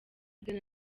ghana